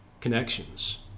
connections